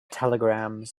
telegrams